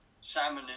salmon